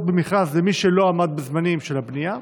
במכרז למי שלא עמד בזמנים של הבנייה?